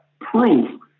proof